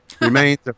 remains